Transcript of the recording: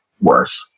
worth